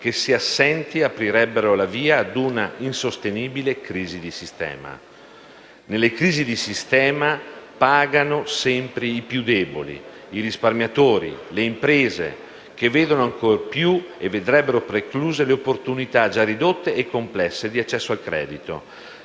che, se assenti, aprirebbero la via ad una insostenibile crisi di sistema. Nelle crisi di sistema pagano sempre i più deboli: i risparmiatori, le imprese, che vedono e ancor più vedrebbero precluse le opportunità, già ridotte e complesse, di accesso al credito,